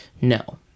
no